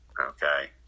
Okay